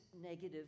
negative